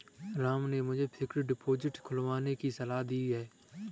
राम ने मुझे fixed deposit खुलवाने की सलाह दी थी